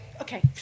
Okay